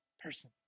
person